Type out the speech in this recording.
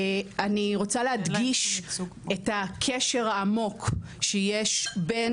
אני רוצה להדגיש את הקשר העמוק שיש בין